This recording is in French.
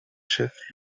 chef